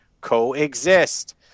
coexist